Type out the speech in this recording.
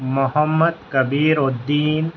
Muhammad Kabiruddin